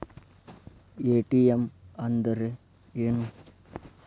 ATM ಅಂದ್ರ ಏನು?